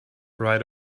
right